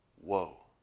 whoa